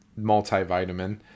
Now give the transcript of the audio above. multivitamin